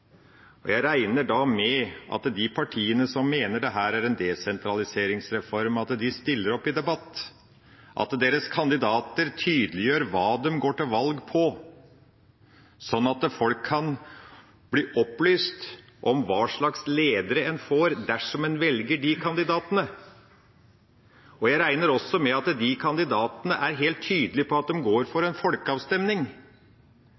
og jeg regner da med at de partiene som mener dette er en desentraliseringsreform, stiller opp i debatt, at deres kandidater tydeliggjør hva de går til valg på, sånn at folk kan bli opplyst om hva slags ledere en får dersom en velger de kandidatene. Jeg regner også med at de kandidatene er helt tydelige på at de går for en folkeavstemning.